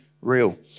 real